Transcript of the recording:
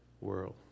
world